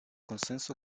consenso